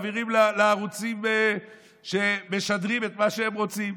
מעבירים לערוצים שמשדרים את מה שהם רוצים.